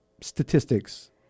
Statistics